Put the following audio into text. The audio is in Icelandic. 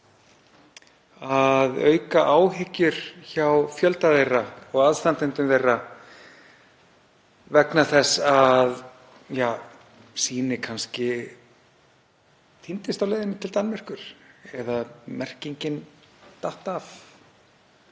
að auka áhyggjur hjá fjölda þeirra og aðstandenda þeirra vegna þess að sýni kannski týndist á leiðinni til Danmerkur eða merkingin datt af